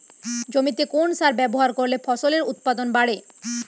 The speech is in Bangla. জমিতে কোন সার ব্যবহার করলে ফসলের উৎপাদন বাড়ে?